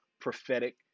prophetic